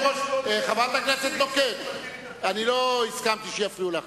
חברת הכנסת נוקד, אני לא הסכמתי שיפריעו לך.